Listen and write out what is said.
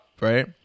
Right